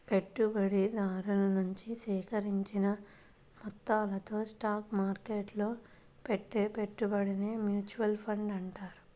పెట్టుబడిదారుల నుంచి సేకరించిన మొత్తాలతో స్టాక్ మార్కెట్టులో పెట్టే పెట్టుబడినే మ్యూచువల్ ఫండ్ అంటారు